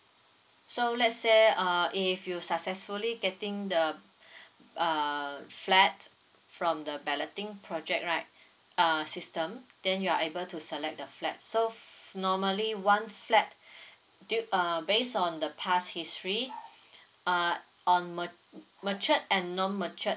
so let's say err if you successfully getting the err flat from the balloting project right err system then you are able to select the flat so f~ normally one flat due err based on the past history err on ma~ matured and non matured